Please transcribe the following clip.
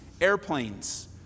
Airplanes